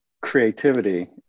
creativity